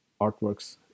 artworks